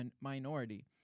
minority